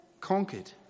conquered